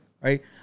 right